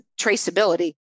traceability